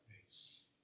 face